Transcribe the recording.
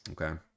Okay